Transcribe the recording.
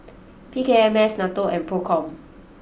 P K M S Nato and Procom